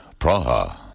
Praha